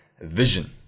vision